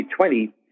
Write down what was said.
2020